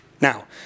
Now